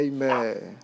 Amen